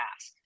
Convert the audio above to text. ask